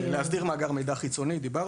להסדיר מאגר מידע חיצוני; על